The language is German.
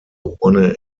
urne